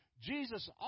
Jesus